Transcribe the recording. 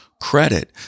credit